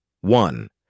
one